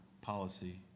policy